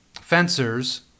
fencers